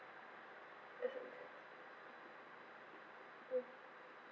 mm